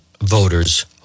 voters